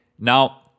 Now